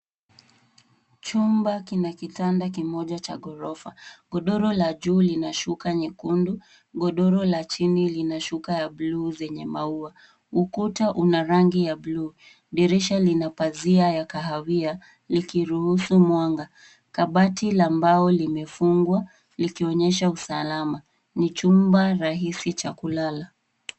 Chumba kina kitanda kimoja cha ghorofa. Godoro la juu lina shuka nyekundu, godoro la chini lina shuka za bluu zenye maua. Ukuta una rangi ya bluu. Dirisha lina pazia ya kahawia likiruhusu mwanga. Kabati la mbao limefungwa likionyesha usalama Ni chumba rahisi cha kulala.